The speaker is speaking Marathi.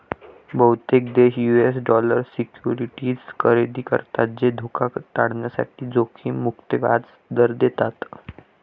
बहुतेक देश यू.एस डॉलर सिक्युरिटीज खरेदी करतात जे धोका टाळण्यासाठी जोखीम मुक्त व्याज दर देतात